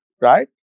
right